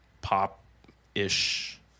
pop-ish